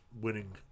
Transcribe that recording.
winning